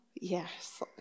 yes